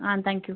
thank you